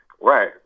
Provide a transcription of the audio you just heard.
right